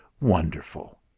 Wonderful